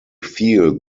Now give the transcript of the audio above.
feel